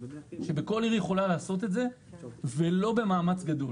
שכל עיר יכולה לעשות את זה ולא במאמץ גדול.